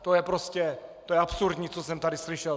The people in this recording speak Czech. To je prostě absurdní, co jsem tady slyšel.